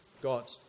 God